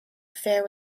affair